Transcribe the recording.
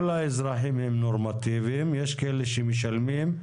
האזרחים הם נורמטיביים יש כאלה שמשלמים,